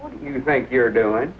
what do you think you're doing